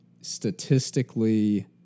Statistically